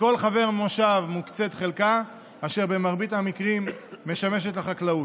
לכל חבר מושב מוקצית חלקה אשר במרבית המקרים משמשת לחקלאות.